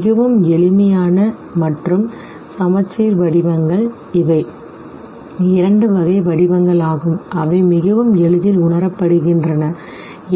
மிகவும் எளிமையான மற்றும் சமச்சீர் வடிவங்கள் இவை இரண்டு வகை வடிவங்களாகும் அவை மிகவும் எளிதில் உணரப்படுகின்றன